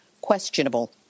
questionable